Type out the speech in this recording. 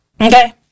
Okay